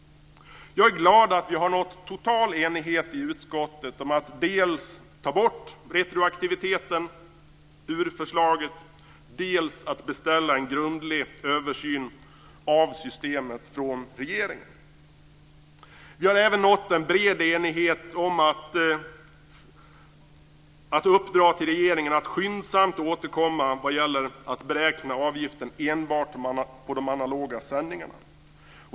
Jag är glad över att vi i utskottet har nått total enighet om att dels ta bort retroaktiviteten från förslaget, dels beställa en grundlig översyn av systemet från regeringen. Vi har även nått bred enighet om att uppdra åt regeringen att skyndsamt återkomma vad gäller att beräkna avgiften enbart på de analoga sändningarna.